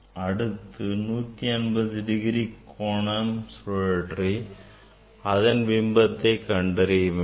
அடுத்து 180 டிகிரி கோணம் சுழற்றி அடுத்த பிம்பத்தை கண்டறிய வேண்டும்